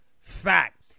fact